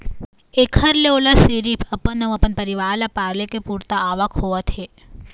एखर ले ओला सिरिफ अपन अउ अपन परिवार ल पाले के पुरता आवक होवत हे